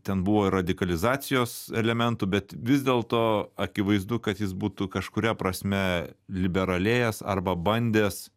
ten buvo ir radikalizacijos elementų bet vis dėlto akivaizdu kad jis būtų kažkuria prasme liberalėjęs arba bandęs